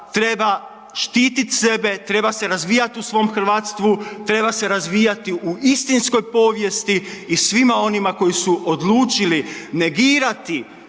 treba štitit sebe, treba se razvijat u svom hrvatstvu, treba se razvijati u istinskoj povijesti i svima onima koji su odlučili negirati